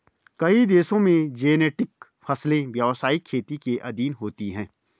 कई देशों में जेनेटिक फसलें व्यवसायिक खेती के अधीन होती हैं